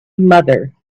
mother